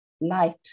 light